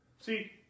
See